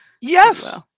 Yes